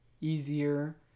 easier